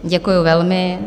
Děkuji velmi.